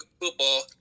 football